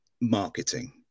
marketing